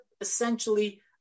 essentially